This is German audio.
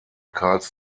karls